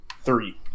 three